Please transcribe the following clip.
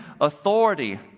authority